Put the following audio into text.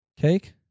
Cake